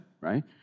right